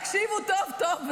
תקשיבו טוב טוב,